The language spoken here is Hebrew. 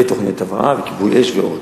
ותוכנית הבראה, וכיבוי אש ועוד.